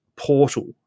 portal